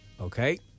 Okay